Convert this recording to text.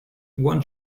one